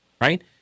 right